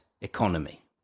economy